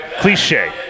Cliche